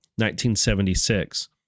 1976